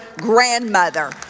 grandmother